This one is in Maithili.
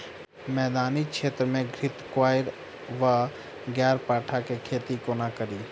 मैदानी क्षेत्र मे घृतक्वाइर वा ग्यारपाठा केँ खेती कोना कड़ी?